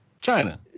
China